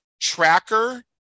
tracker